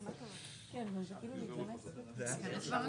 הצבעה